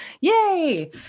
Yay